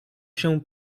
się